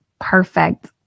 Perfect